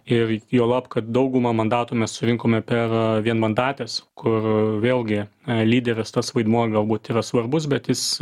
ir juolab kad daugumą mandatų mes surinkome per vienmandates kur vėlgi lyderės tas vaidmuo galbūt yra svarbus bet jis